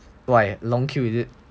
why long queue is it